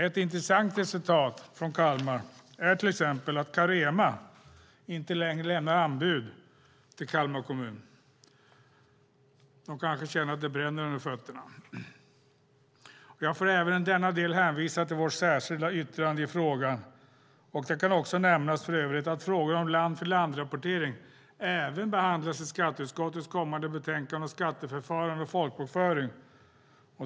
Ett intressant resultat från Kalmar är till exempel att Carema inte längre lämnar anbud till Kalmar kommun. De kanske känner att det bränner under fötterna. Jag får även i denna del hänvisa till vårt särskilda yttrande i frågan. Det kan för övrigt också nämnas att frågan om land-för-land-rapportering även behandlas i skatteutskottets kommande betänkande Skatteförfarande och folkbokföring .